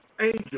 angel